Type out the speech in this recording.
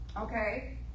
Okay